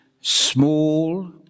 small